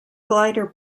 glider